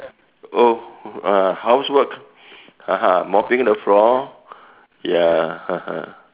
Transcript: oh uh housework (uh huh) mopping the floor ya